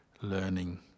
learning